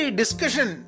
discussion